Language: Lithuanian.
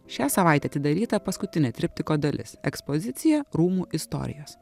šią savaitę atidaryta paskutinė triptiko dalis ekspozicija rūmų istorijos